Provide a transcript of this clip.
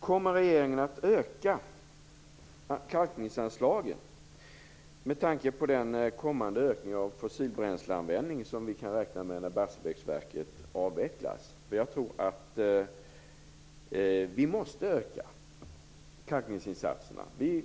Kommer regeringen att öka kalkningsanslagen med tanke på den kommande ökning av fossilbränsleanvändning som vi kan räkna med när Barsebäcksverket avvecklas? Jag tror att vi måste öka kalkningsinsatserna.